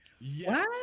Yes